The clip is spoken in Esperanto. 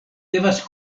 devas